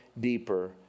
deeper